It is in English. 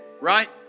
Right